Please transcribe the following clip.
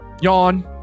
yawn